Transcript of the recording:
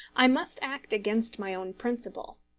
i must act against my own principle.